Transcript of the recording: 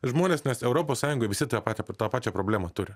žmones nes europos sąjungoj visi tą patį tą pačią problemą turi